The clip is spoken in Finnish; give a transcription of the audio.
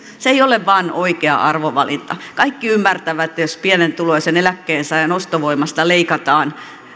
se ei vain ole oikea arvovalinta kaikki ymmärtävät että jos pienituloisen eläkkeensaajan ostovoimasta leikataan